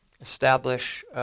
establish